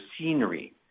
scenery